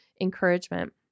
encouragement